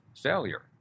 failure